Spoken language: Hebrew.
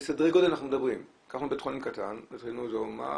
שלום לכולם,